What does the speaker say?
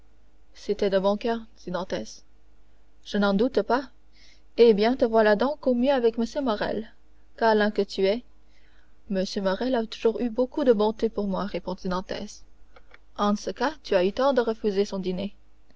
c'était de bon coeur dit dantès je n'en doute pas eh bien te voilà donc au mieux avec m morrel câlin que tu es m morrel a toujours eu beaucoup de bonté pour moi répondit dantès en ce cas tu as tort de refuser son dîner